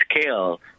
scale